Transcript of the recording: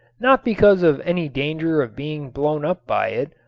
not because of any danger of being blown up by it,